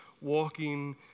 walking